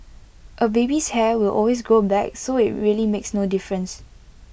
A baby's hair will always grow back so IT really makes no difference